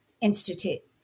Institute